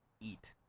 eat